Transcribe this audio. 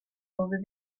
over